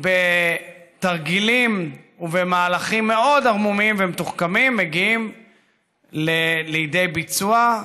בתרגילים ובמהלכים מאוד ערמומיים ומתוחכמים מגיעים לידי ביצוע,